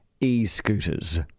e-scooters